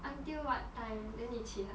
until what time then 你起来